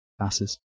passes